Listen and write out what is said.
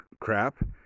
crap